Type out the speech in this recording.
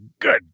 good